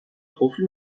قفل